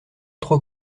trop